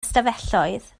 ystafelloedd